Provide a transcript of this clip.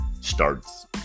starts